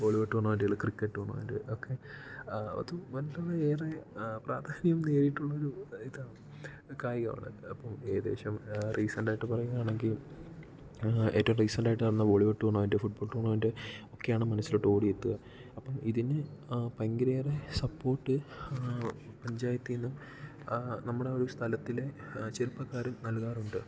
volleyball ടൂർണമെൻ്റുകൾ cricket tournament ഒക്കെ അതും വളരെയേറെ പ്രാധാന്യം നേടിയിട്ടുള്ളൊരു ഇതാണ് കായികമാണ് അപ്പോൾ ഏകദേശം റീസൻറ്റായിട്ട് പറയുകയാണെങ്കിൽ ഏറ്റവും റീസൻറ്റായിട്ട് നടന്ന വോളിബോൾ ടൂർണമെൻ്റ് ഫുട്ബോൾ ടൂർണമെൻ്റ് ഒക്കെയാണ് മനസ്സിലോട്ട് ഓടിയെത്തുക അപ്പം ഇതിന് ഭയങ്കരയേറെ സപ്പോട്ട് പഞ്ചായത്തീന്നും നമ്മുടെ ഒരു സ്ഥലത്തിലെ ചെറുപ്പക്കാരും നൽകാറുണ്ട്